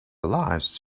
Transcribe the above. lives